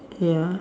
ya